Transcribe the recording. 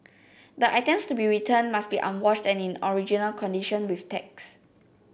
the items to be returned must be unwashed and in original condition with tags